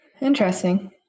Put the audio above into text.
Interesting